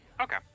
Okay